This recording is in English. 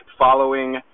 following